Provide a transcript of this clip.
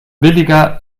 billiger